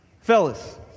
Fellas